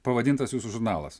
pavadintas jūsų žurnalas